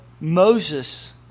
Moses